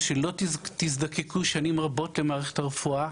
שלא תזדקקו שנים רבות למערכת הרפואה.